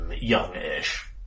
young-ish